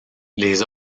les